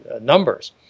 numbers